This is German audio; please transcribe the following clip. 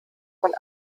von